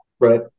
Right